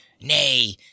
Nay